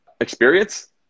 Experience